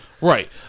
right